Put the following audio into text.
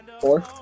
four